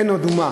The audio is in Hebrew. אין עוד אומה,